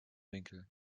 winkel